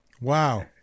wow